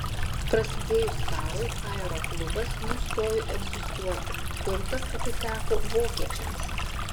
prasidėjus karui aeroklubas nustojo egzistuoti turtas atiteko vokiečiams